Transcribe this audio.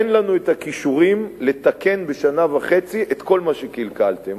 אין לנו הכישורים לתקן בשנה וחצי את כל מה שקלקלתם.